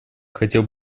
хотел